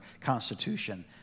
Constitution